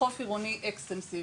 וחוף עירוני אקסטנסיבי,